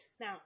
Now